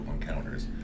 encounters